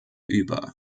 über